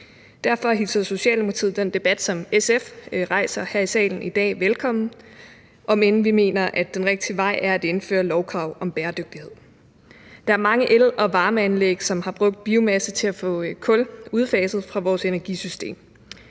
Derfor hilser Socialdemokratiet den debat, som SF rejser her i salen i dag, velkommen, om end vi mener, at den rigtige vej er at indføre lovkrav om bæredygtighed. Der er mange el- og varmeanlæg, som har brugt biomasse til at få kul udfaset fra vores energisystem.